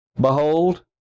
Behold